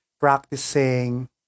practicing